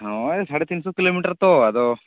ᱦᱳᱭ ᱥᱟᱲᱮᱛᱤᱱ ᱥᱚ ᱠᱤᱞᱳᱢᱤᱴᱟᱨ ᱛᱳ ᱟᱫᱚ